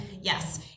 yes